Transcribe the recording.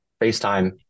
FaceTime